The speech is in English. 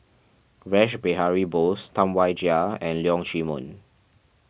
Rash Behari Bose Tam Wai Jia and Leong Chee Mun